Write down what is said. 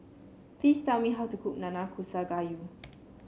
please tell me how to cook Nanakusa Gayu